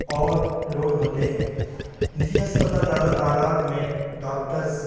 اور لوڈ ہوتے ہیں نجی ہسپتال زیادہ تعداد میں ڈاکٹرز